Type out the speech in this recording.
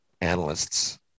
analysts